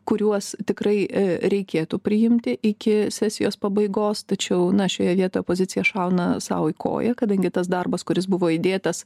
kuriuos tikrai reikėtų priimti iki sesijos pabaigos tačiau na šioje vietoj pozicija šauna sau į koją kadangi tas darbas kuris buvo įdėtas